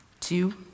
Two